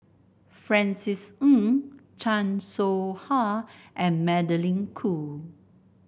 Francis Ng Chan Soh Ha and Magdalene Khoo